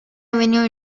avenue